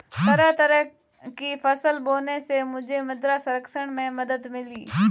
तरह तरह की फसल बोने से मुझे मृदा संरक्षण में मदद मिली